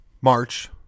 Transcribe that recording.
March